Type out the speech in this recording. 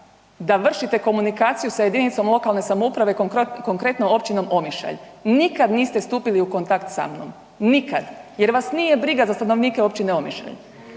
da vršite komunikaciju sa jedinicom lokalne samouprave konkretno općinom Omišalj. Nikad niste stupili u kontakt sa mnom, nikad jer vas nije briga za stanovnike općine Omišlja.